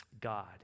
God